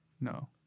No